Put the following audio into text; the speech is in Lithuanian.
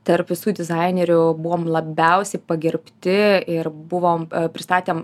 tarp visų dizainerių buvom labiausiai pagerbti ir buvom pristatėm